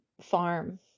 farm